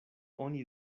oni